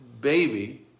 baby